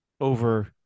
over